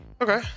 okay